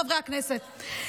חברי הכנסת,